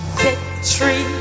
victory